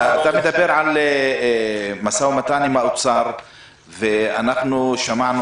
אתה מדבר על משא ומתן עם משרד האוצר ואנחנו שמענו